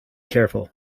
careful